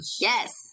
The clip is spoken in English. Yes